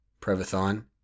Prevathon